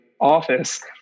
Office